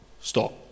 Stop